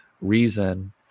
Reason